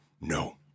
No